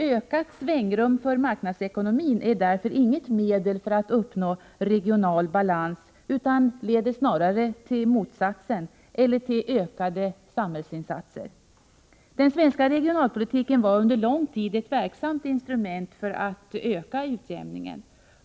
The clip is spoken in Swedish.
Ökat svängrum för marknadsekonomin är därför inget medel för att uppnå regional balans utan leder snarare till motsatsen eller till ökade samhällsinsatser. Den svenska regionalpolitiken var under lång tid ett verksamhet instrument för att öka utjämningen.